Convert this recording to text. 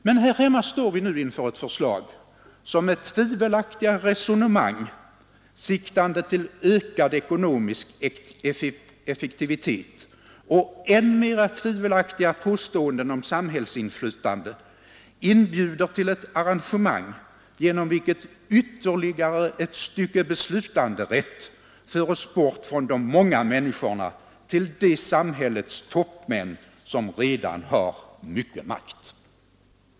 Men här hemma står vi nu inför ett förslag som med tvivelaktiga resonemang, siktande till ökad ekonomisk effektivitet, och än mera tvivelaktiga påståenden om samhällsinflytande inbjuder till ett arrangemang, genom vilket ytterligare ett stycke beslutanderätt förs bort från de många människorna till de samhällets toppmän som redan har mycket makt.